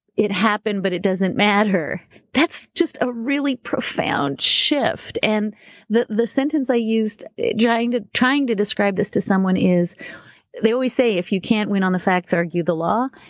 it happened, but it doesn't matter. that's just a really profound shift. and the the sentence i used trying to trying to describe this to someone is they always say, if you can't win on the facts, argue the law.